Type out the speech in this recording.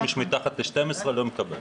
מי שהוא מתחת ל-12, לא מקבל.